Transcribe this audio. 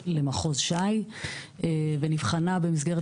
קודם כל אני רוצה לחזק גם